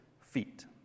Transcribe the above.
feet